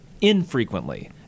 infrequently